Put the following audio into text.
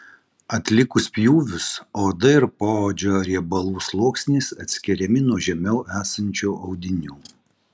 atlikus pjūvius oda ir poodžio riebalų sluoksnis atskiriami nuo žemiau esančių audinių